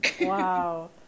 Wow